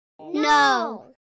No